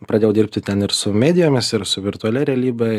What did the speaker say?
pradėjau dirbti ten ir su medijomis ir su virtualia realybe